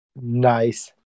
Nice